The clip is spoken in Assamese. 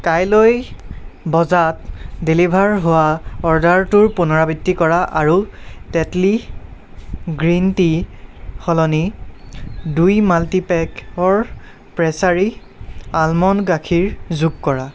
কালৈ বজাত ডেলিভাৰ হোৱা অৰ্ডাৰটোৰ পুনৰাবৃত্তি কৰা আৰু তেতলী গ্ৰীণটিৰ সলনি দুই মাল্টিপেকৰ প্ৰেচাৰী আলমণ্ড গাখীৰ যোগ কৰা